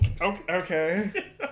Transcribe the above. Okay